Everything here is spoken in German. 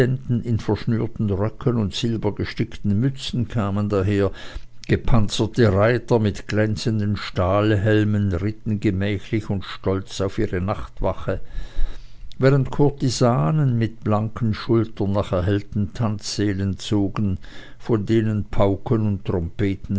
in verschnürten röchen und silbergestickten mützen kamen daher gepanzerte reiter mit glänzenden stahlhelmen ritten gemächlich und stolz auf ihre nachtwache während kurtisanen mit blanken schultern nach erhellten tanzsälen zogen von denen pauken und trompeten